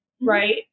right